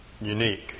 unique